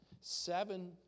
seven